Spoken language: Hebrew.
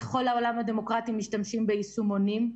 בכל העולם הדמוקרטי משתמשים ביישומונים.